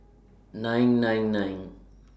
nine nine nine